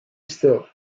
still